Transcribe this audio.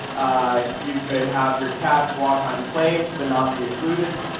ah you could have your catwalk on planes but not be occluded,